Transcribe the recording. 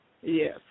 Yes